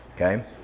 Okay